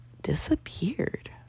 disappeared